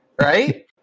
right